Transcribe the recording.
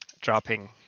dropping